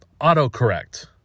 autocorrect